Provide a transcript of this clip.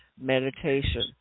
meditation